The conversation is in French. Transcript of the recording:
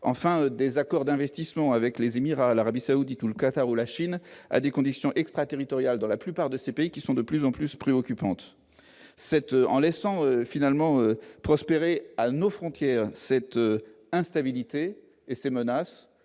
enfin des accords d'investissement avec les Émirats, l'Arabie Saoudite ou le Qatar ou la Chine, à des conditions extraterritoriales dans la plupart de ces pays qui sont de plus en plus préoccupante cette en laissant finalement prospérer à nos frontières, cette instabilité et ses menaces,